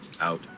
out